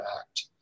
act